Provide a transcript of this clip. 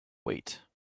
weight